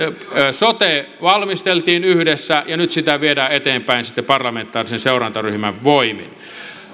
sote valmisteltiin yhdessä ja nyt sitä viedään eteenpäin sitten parlamentaarisen seurantaryhmän voimin